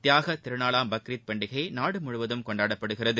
தியாகத் திருநாளாம் பக்ரீத் பண்டிகை நாடு முழுவதும் கொண்டாடப்படுகிறது